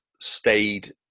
stayed